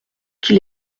qu’il